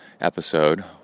episode